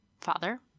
father